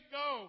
go